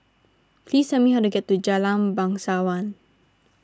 please tell me how to get to Jalan Bangsawan